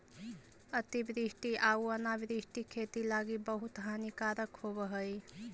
अतिवृष्टि आउ अनावृष्टि खेती लागी बहुत हानिकारक होब हई